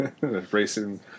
Racing